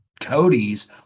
Cody's